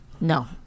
No